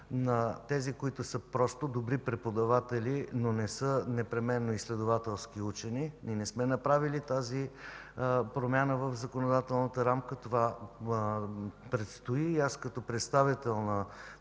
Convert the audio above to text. На тези, които са просто добри преподаватели, но не са непременно изследователски учени, не сме направили тази промяна в законодателната рамка. Това предстои и аз като представител на